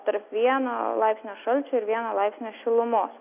tarp vieno laipsnio šalčio ir vieno laipsnio šilumos